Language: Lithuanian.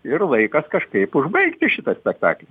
ir laikas kažkaip užbaigti šitą spektaklį